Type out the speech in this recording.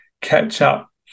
catch-up